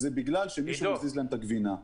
זה בגלל שמישהו מזיז להם את הגבינה.